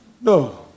No